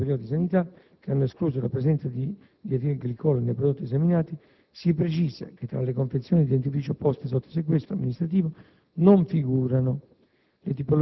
dall'Istituto Superiore di Sanità, che hanno escluso la presenza di dietilenglicole nei prodotti esaminati, si precisa che tra le confezioni di dentifricio poste sotto sequestro amministrativo non figurano